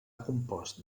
compost